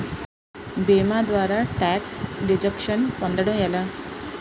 భీమా ద్వారా tax deduction పొందటం ఎలా?